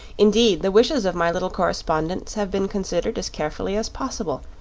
indeed, the wishes of my little correspondents have been considered as carefully as possible,